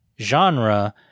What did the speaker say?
genre